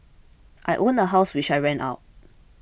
I own a house which I rent out